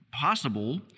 possible